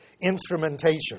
Instrumentation